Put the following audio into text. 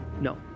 No